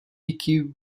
iki